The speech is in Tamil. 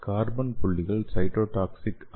கார்பன் புள்ளிகள் சைட்டோடாக்ஸிக் அல்ல